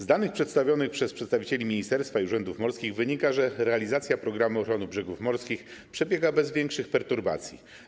Z danych przedstawionych przez przedstawicieli ministerstwa i urzędów morskich wynika, że realizacja ˝Programu ochrony brzegów morskich˝ przebiega bez większych perturbacji.